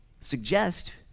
suggest